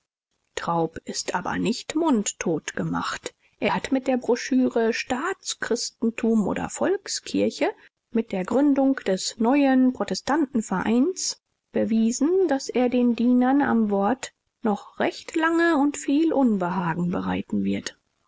traub ist aber nicht mundtot gemacht er hat mit der broschüre staatschristentum oder volkskirche mit der gründung des neuen protestantenvereins bewiesen daß er den dienern am wort noch recht lange und viel unbehagen bereiten wird